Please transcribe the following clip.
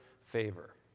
favor